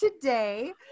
today